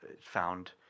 found